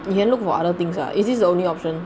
you can look for other things lah is this the only option